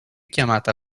chiamata